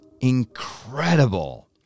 incredible